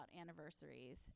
anniversaries